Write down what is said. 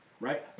right